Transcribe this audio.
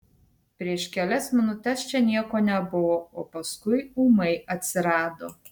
prieš kelias minutes čia nieko nebuvo o paskui ūmai atsirado